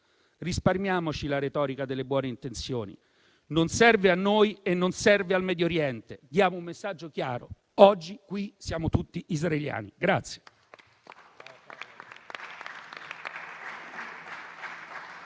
Risparmiamoci la retorica delle buone intenzioni: non serve a noi e non serve al Medio Oriente. Diamo un messaggio chiaro: oggi qui siamo tutti israeliani.